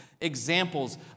examples